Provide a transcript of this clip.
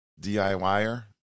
DIYer